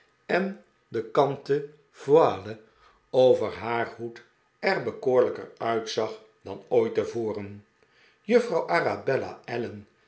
en de kanten voile over haar winkle zorgt voor een groote verrassing hoed er bekoorlijker uitzag dan opit tevoren juffrouw arabella allen